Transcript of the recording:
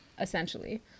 essentially